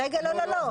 רגע, לא, לא.